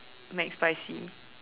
McSpicy